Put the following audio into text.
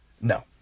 No